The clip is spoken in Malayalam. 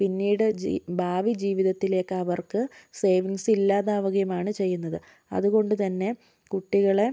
പിന്നീട് ജി ഭാവി ജീവിതത്തിലേക്ക് അവർക്ക് സേവിങ്സ് ഇല്ലാതാവുകയും ആണ് ചെയ്യുന്നത് അതുകൊണ്ടുത്തന്നെ കുട്ടികളെ